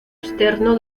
externo